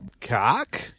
cock